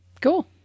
Cool